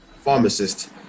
pharmacist